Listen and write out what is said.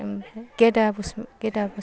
ओमफाय गेदा बसुम गेदा बसुम